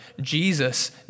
Jesus